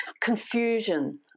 confusion